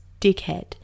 dickhead